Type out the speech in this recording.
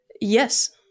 Yes